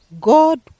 God